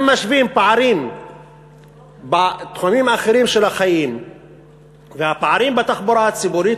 אם משווים פערים בתחומים אחרים של החיים ואת הפערים בתחבורה הציבורית,